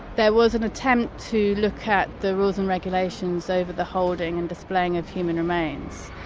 there was an attempt to look at the rules and regulations over the holding and displaying of human remains,